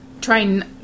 trying